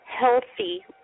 healthy